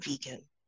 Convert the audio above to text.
vegan